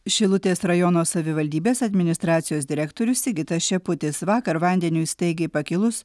šilutės rajono savivaldybės administracijos direktorius sigitas šeputis vakar vandeniui staigiai pakilus